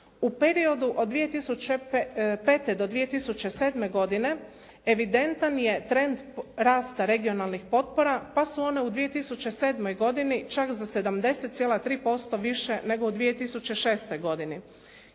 U periodu od 2005. do 2007. godine evidentan je trend rasta regionalnih potpora, pa su one u 2007. godini čak za 70,3% više nego u 2006. godini.